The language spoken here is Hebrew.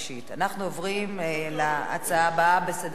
אנחנו עוברים להצעה הבאה שעל סדר-היום.